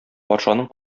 патшаның